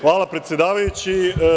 Hvala, predsedavajući.